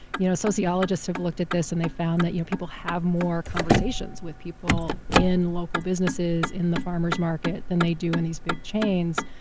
you know sociologists have looked at this and found that you know people have more conversations with people in local businesses, in the farmer's market, than they do in these big chains.